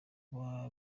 kuba